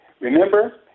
Remember